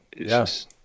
Yes